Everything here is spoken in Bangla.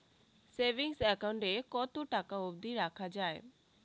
সেভিংস একাউন্ট এ কতো টাকা অব্দি রাখা যায়?